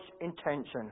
intention